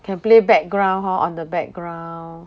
can play background hor on the background